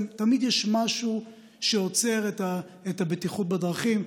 תמיד יש משהו שעוצר את הבטיחות בדרכים.